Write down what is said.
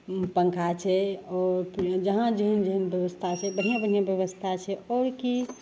पन्खा छै आओर कि जहाँ जेहन जेहन बेबस्था छै बढ़िआँ बढ़िआँ बेबस्था छै आओर कि